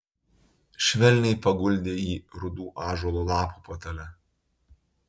švelniai paguldė jį rudų ąžuolo lapų patale